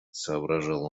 соображал